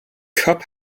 cup